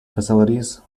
facilities